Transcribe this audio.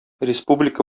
республика